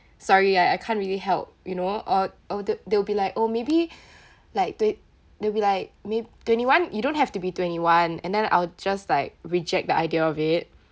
sorry ah I can't really help you know or or they~ they'll be like oh maybe like they~ they'll be like may twenty one you don't have to be twenty one and then I'll just like reject the idea of it